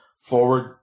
forward